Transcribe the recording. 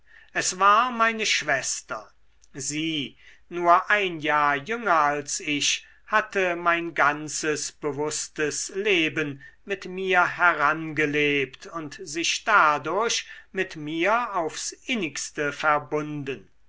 es war meine schwester sie nur ein jahr jünger als ich hatte mein ganzes bewußtes leben mit mir herangelebt und sich dadurch mit mir aufs innigste verbunden